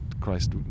christ